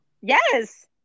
yes